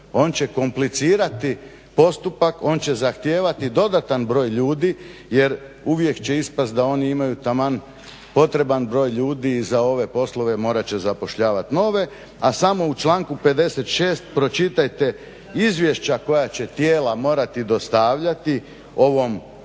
On će komplicirati postupak, on će zahtijevati dodatan broj ljudi jer uvijek će ispast da oni imaju taman potreban broj ljudi i za ove poslove morat će zapošljavat nove, a samo u članku 56. pročitajte izvješća koja će tijela morati dostavljati ovom neovisnom